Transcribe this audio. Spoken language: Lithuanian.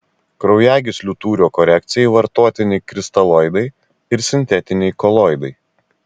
kraujagyslių tūrio korekcijai vartotini kristaloidai ir sintetiniai koloidai